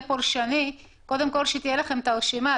פולשני אתם בהחלט צריכים שקודם כול תהיה להם הרשימה.